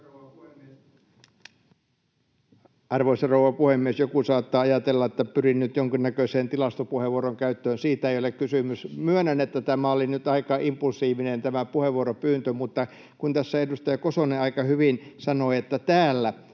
Arvoisa rouva puhemies! Joku saattaa ajatella, että pyrin nyt jonkinnäköiseen tilastopuheenvuoron käyttöön, siitä ei ole kysymys. Myönnän, että tämä puheenvuoropyyntö oli nyt aika impulsiivinen. Mutta kun tässä edustaja Kosonen aika hyvin sanoi, että ”täällä”,